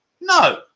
No